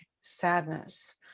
sadness